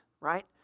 right